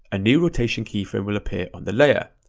a new rotation keyframe will appear on the layer.